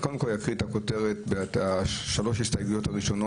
קודם כול אני אתחיל את הכותרות בשלוש ההסתייגויות הראשונות: